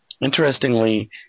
Interestingly